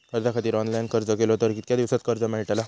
कर्जा खातीत ऑनलाईन अर्ज केलो तर कितक्या दिवसात कर्ज मेलतला?